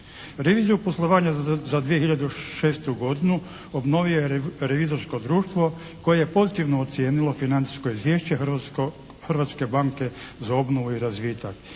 Reviziju poslovanja za 2006. godinu obnovio je revizorsko društvo koje je pozitivno ocijenilo financijsko Izvješće Hrvatske banke za obnovu i razvitak.